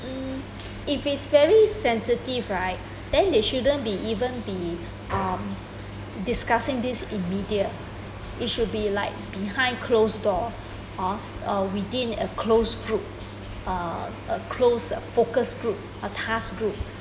mm if it is very sensitive right then they shouldn't be even be um discussing this in media it should be like behind close door hor uh within a close group uh a close focus group a task group